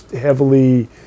heavily